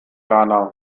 ghana